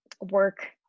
work